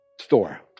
store